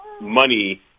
money